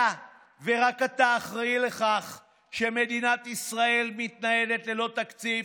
אתה ורק אתה אחראי לכך שמדינת ישראל מתנהלת ללא תקציב,